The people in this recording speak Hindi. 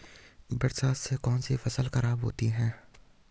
बरसात से कौन सी फसल खराब होती है?